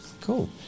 Cool